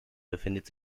befindet